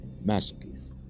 masterpiece